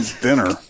dinner